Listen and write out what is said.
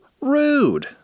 rude